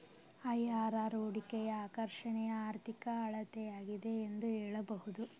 IRR ಹೂಡಿಕೆಯ ಆಕರ್ಷಣೆಯ ಆರ್ಥಿಕ ಅಳತೆಯಾಗಿದೆ ಎಂದು ಹೇಳಬಹುದು